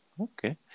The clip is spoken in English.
okay